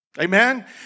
Amen